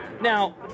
Now